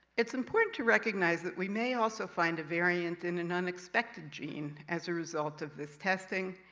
it's important to recognize that we may also find a variant in an unexpected gene as a result of this testing.